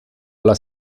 alla